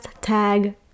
tag